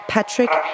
Patrick